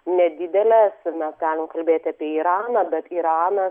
nedidelės mes galim kalbėti apie iraną bet iranas